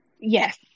Yes